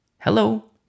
Hello